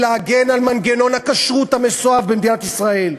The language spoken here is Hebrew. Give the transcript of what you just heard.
פה להגן על מנגנון הכשרות המסואב במדינת ישראל.